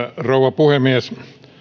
rouva puhemies